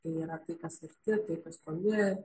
tai yra tai kas arti tai kas toli